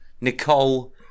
Nicole